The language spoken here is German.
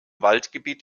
waldgebiet